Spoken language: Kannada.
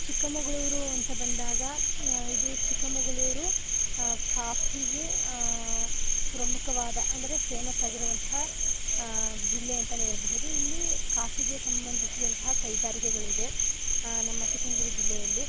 ಚಿಕ್ಕಮಗಳೂರು ಅಂತ ಬಂದಾಗ ಇದು ಚಿಕ್ಕಮಗಳೂರು ಕಾಫಿಗೆ ಪ್ರಮುಖವಾದ ಅಂದರೆ ಫೇಮಸ್ ಆಗಿರುವಂತಹ ಜಿಲ್ಲೆ ಅಂತಾ ಹೇಳ್ಬಹುದು ಇಲ್ಲಿ ಕಾಫಿಗೆ ಸಂಬಂಧಿಸಿದಂತಹ ಕೈಗಾರಿಕೆಗಳಿವೆ ನಮ್ಮ ಚಿಕ್ಕಮಗ್ಳೂರು ಜಿಲ್ಲೆಯಲ್ಲಿ